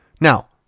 Now